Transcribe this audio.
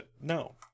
No